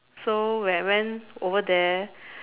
so when I went over there